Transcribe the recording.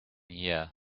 here